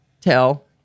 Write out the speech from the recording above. Tell